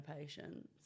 patience